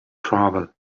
travel